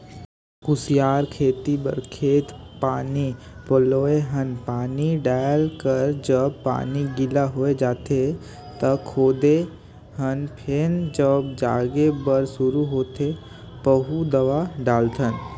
कुसियार खेती बर खेत पानी पलोए हन पानी डायल कर जब जमीन गिला होए जाथें त खोदे हन फेर जब जागे बर शुरू होथे पाहु दवा डालथन